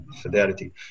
fidelity